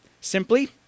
simply